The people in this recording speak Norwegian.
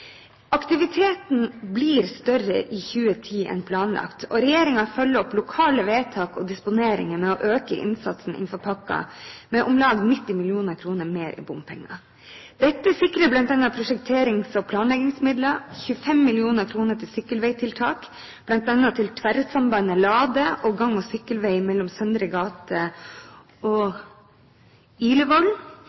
Aktiviteten blir større i 2010 enn planlagt, og regjeringen følger opp lokale vedtak og disponeringer med å øke innsatsen innenfor pakken med om lag 90 mill. kr mer i bompenger. Dette sikrer bl.a. prosjekterings- og planleggingsmidler, 25 mill. kr til sykkelveitiltak, bl.a. til tverrsambandet Lade, og gang- og sykkelvei mellom Søndre gate og